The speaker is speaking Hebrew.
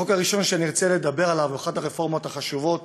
החוק הראשון שארצה לדבר עליו הוא אחת הרפורמות החשובות